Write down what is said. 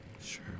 Sure